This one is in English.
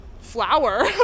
flower